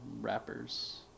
rappers